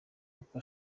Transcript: uko